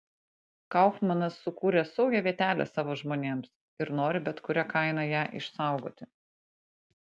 kaufmanas sukūrė saugią vietelę savo žmonėms ir nori bet kuria kaina ją išsaugoti